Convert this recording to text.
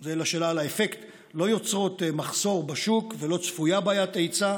לא יוצרות מחסור בשוק ולא צפויה בעיית היצע,